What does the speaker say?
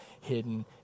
hidden